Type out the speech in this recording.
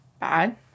bad